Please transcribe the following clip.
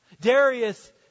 Darius